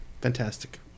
Fantastic